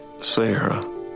Sarah